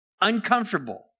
uncomfortable